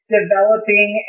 developing